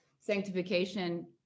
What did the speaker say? sanctification